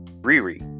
Riri